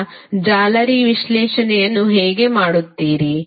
ಈಗ ಜಾಲರಿ ವಿಶ್ಲೇಷಣೆಯನ್ನು ಹೇಗೆ ಮಾಡುತ್ತೀರಿ